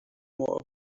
more